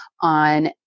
on